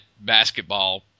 basketball